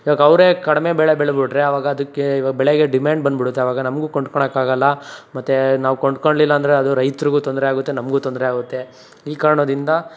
ಇವಾಗ ಅವರೇ ಕಡಿಮೆ ಬೆಳೆ ಬೆಳದು ಬಿಟ್ರೆ ಆವಾಗ ಅದಕ್ಕೆ ಇವಾಗ ಬೆಳೆಗೆ ಡಿಮ್ಯಾಂಡ್ ಬಂದುಬಿಡುತ್ತೆ ಆವಾಗ ನಮಗೂ ಕೊಂಡ್ಕೊಳಕ್ ಆಗಲ್ಲ ಮತ್ತು ನಾವು ಕೊಂಡ್ಕೊಳ್ಲಿಲ್ಲ ಅಂದರೆ ಅದು ರೈತ್ರಿಗೂ ತೊಂದರೆ ಆಗುತ್ತೆ ನಮಗೂ ತೊಂದರೆ ಆಗುತ್ತೆ ಈ ಕಾರಣದಿಂದ